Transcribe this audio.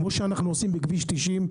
כמו שאנחנו עושים בכביש 90,